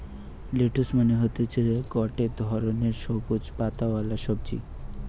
lettuce মানে হতিছে গটে ধরণের সবুজ পাতাওয়ালা সবজি